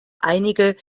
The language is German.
einige